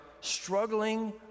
struggling